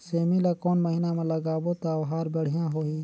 सेमी ला कोन महीना मा लगाबो ता ओहार बढ़िया होही?